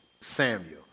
Samuel